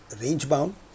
range-bound